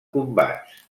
combats